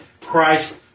Christ